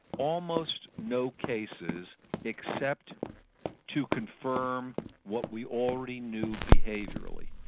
almost no cases except to confirm what we already knew behaviourally.